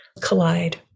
collide